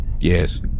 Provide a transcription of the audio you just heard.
Yes